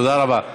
תודה רבה.